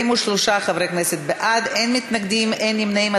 43 חברי כנסת בעד, אין מתנגדים, אין נמנעים.